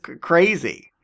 crazy